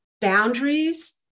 boundaries